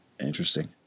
Interesting